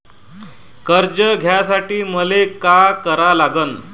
कर्ज घ्यासाठी मले का करा लागन?